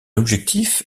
objectif